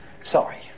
Sorry